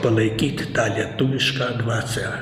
palaikyti tą lietuvišką dvasią